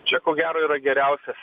čia ko gero yra geriausias